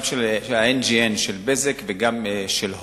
גם NGN של "בזק" וגם של "הוט"